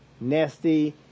nasty